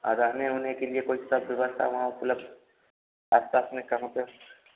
और रहने वहने के लिए कोई सब व्यवस्था वहाँ उपलब्ध कहाँ पर